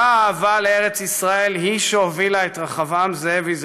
אותה אהבה לארץ ישראל היא שהובילה את רחבעם זאבי,